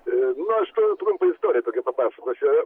nu aš turiu trumpą istoriją tokią papasakosiu